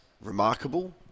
remarkable